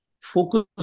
focus